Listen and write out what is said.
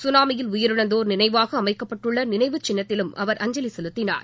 சுனாமியில் உயிரிழந்தோர் நினைவாக அமைக்கப்பட்டுள்ள நினைவுச் சின்னத்திலும் அவர் அஞ்சலி செலுத்தினார்